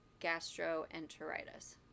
gastroenteritis